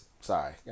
Sorry